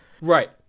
right